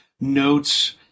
notes